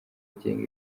agenga